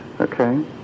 okay